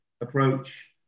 approach